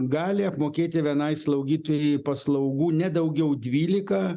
gali apmokėti vienai slaugytojai paslaugų ne daugiau dvylika